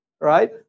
Right